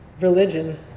religion